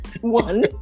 one